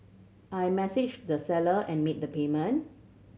I messaged the seller and made the payment